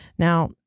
Now